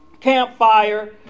campfire